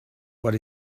what